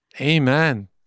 Amen